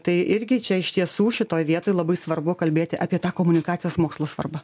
tai irgi čia iš tiesų šitoj vietoj labai svarbu kalbėti apie tą komunikacijos mokslo svarbą